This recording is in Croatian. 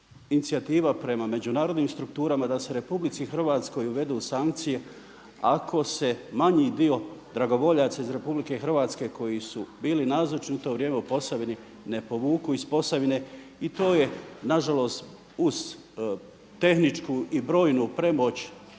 inicijativa prema međunarodnim strukturama da se RH uvedu sankcije ako se manji dio dragovoljaca iz RH koji su bili nazočni u to vrijeme u Posavini ne povuku iz Posavine i to je nažalost uz tehničku i brojnu premoć